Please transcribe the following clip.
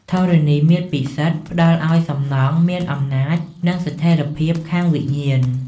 ធរណីមាត្រពិសិដ្ឋ ផ្តល់ឱ្យសំណង់មានអំណាចនិងស្ថិរភាពខាងវិញ្ញាណ។